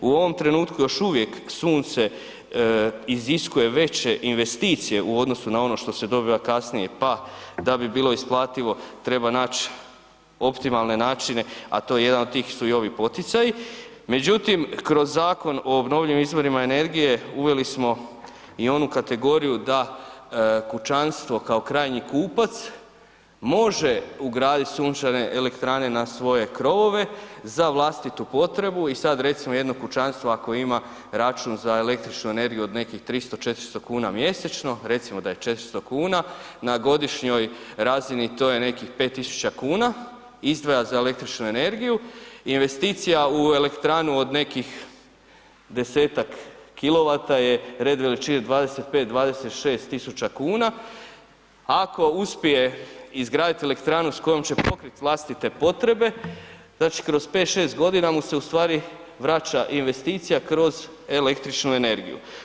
U ovom trenutku još uvijek sunce iziskuje veće investicije odnosu na ono što se dobiva kasnije, pa da bi bilo isplativo treba naći optimalne načine, a to je jedan od tih su i ovi poticaji, međutim kroz Zakon o obnovljivim izvorima energije uveli smo i onu kategoriju da kućanstvo kao krajnji kupac može ugraditi sunčane elektrane na svoje krovove za vlastitu potrebu i sad recimo jedno kućanstvo ako ima račun za električnu energiju od nekih 300, 400 kuna mjesečno, recimo da je 400 kuna na godišnjoj razini to je nekih 5.000 kuna izdvaja za električnu energiju, investicija u elektranu o nekih 10 kilovata je red veličina 25, 26.000 kuna, ako uspije izgraditi elektranu s kojom će pokriti vlastite potrebe znači kroz 5, 6 godina mu se u stvari vraća investicija kroz električnu energiju.